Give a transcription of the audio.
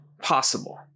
possible